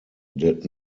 did